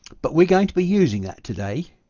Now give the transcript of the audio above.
but we're going to be using that today